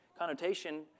connotation